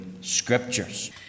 scriptures